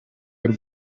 y’u